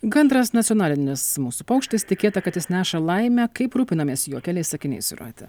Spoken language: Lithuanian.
gandras nacionalinis mūsų paukštis tikėta kad jis neša laimę kaip rūpinamės juo keliais sakiniais jūrate